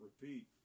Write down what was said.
repeat